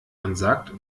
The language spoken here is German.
ansagt